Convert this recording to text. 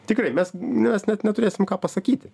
tikrai mes mes net neturėsim ką pasakyti